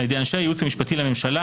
על-ידי אנשי הייעוץ המשפטי לממשלה,